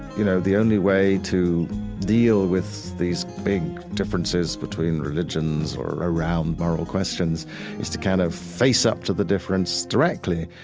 you know, the only way to deal with these big differences between religions or around moral questions is to kind of face up to the difference directly.